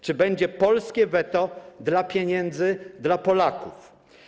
Czy będzie polskie weto wobec pieniędzy dla Polaków?